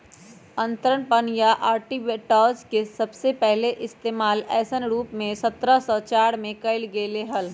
अंतरपणन या आर्बिट्राज के सबसे पहले इश्तेमाल ऐसन रूप में सत्रह सौ चार में कइल गैले हल